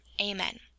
Amen